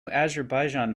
azerbaijan